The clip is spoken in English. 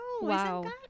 wow